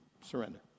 Surrender